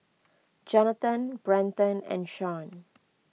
Johnathan Brenton and Shaun